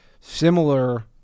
similar